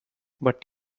but